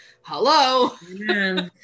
Hello